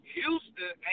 Houston